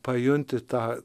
pajunti tą